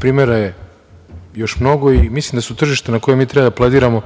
primera je još mnogo i mislim da su tržišta na koja mi treba da plediramo